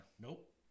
Nope